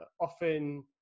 often